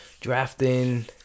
drafting